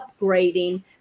upgrading